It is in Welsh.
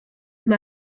mae